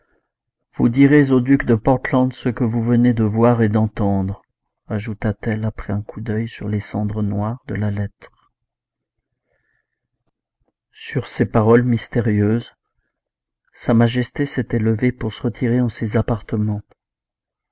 vous direz au duc de portland ce que vous venez de voir et d'entendre ajouta-t-elle après un coup d'œil sur les cendres noires de la lettre sur ces paroles mystérieuses sa majesté s'était levée pour se retirer en ses appartements